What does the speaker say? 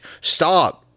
stop